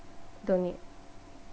don't need